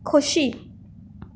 खोशी